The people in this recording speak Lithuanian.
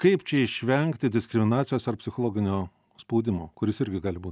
kaip čia išvengti diskriminacijos ar psichologinio spaudimo kuris irgi gali būt